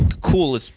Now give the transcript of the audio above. cool